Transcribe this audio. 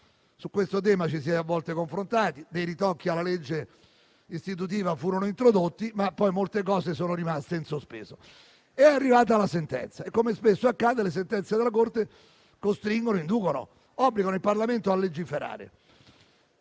Su questo tema ci si è a volte confrontati. Ci furono ritocchi alla legge istitutiva, ma poi molte cose sono rimaste in sospeso. È arrivata poi la sentenza e, come spesso accade, le sentenze della Corte costringono, inducono e obbligano il Parlamento a legiferare.